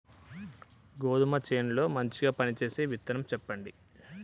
గోధుమ చేను లో మంచిగా పనిచేసే విత్తనం చెప్పండి?